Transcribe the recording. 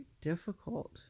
difficult